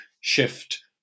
shift